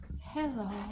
Hello